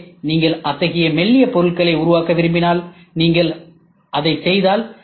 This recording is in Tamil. எனவே நீங்கள் அத்தகைய மெல்லிய பொருட்களை உருவாக்க விரும்பினால் நீங்கள் அதை செய்தால்